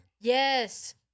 Yes